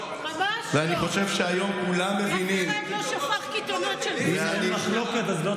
אף אחד לא שפך קיתונות של בוז על המשטרה.